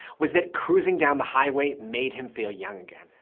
was that cruising down the highway, made him feel young again.